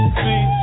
see